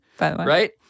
right